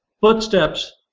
footsteps